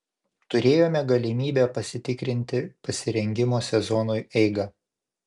turėjome galimybę pasitikrinti pasirengimo sezonui eigą